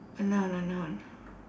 a noun a noun